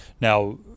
now